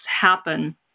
happen